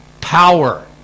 power